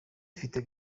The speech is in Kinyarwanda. ifite